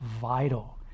vital